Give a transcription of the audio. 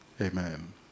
Amen